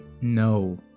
No